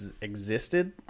existed